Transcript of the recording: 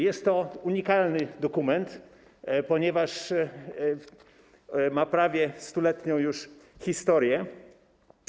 Jest to unikalny dokument, ponieważ ma prawie 100-letnią już historię.